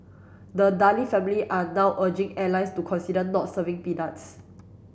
the Daley family are now urging airlines to consider not serving peanuts